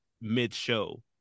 mid-show